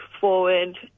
forward